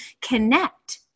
connect